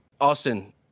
Austin